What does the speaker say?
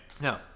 No